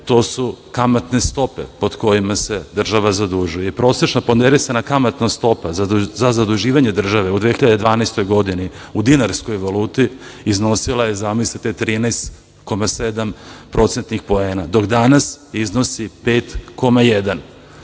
to su kamatne stope pod kojima se država zadužuje. Prosečna ponderisana kamatna stopa za zaduživanje države u 2012. godine u dinarskoj valuti iznosila je, zamislite, 13,7% poena, dok danas iznosi 5,1%.